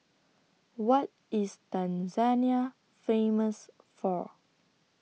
What IS Tanzania Famous For